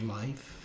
life